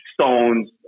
Stones